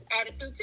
attitude